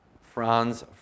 Franz